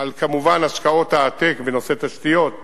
על השקעות העתק בנושא תשתיות כלליות,